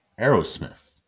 Aerosmith